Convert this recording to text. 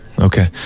Okay